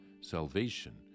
salvation